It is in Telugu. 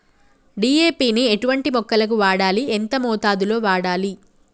డీ.ఏ.పి ని ఎటువంటి మొక్కలకు వాడాలి? ఎంత మోతాదులో వాడాలి?